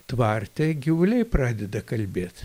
tvarte gyvuliai pradeda kalbėt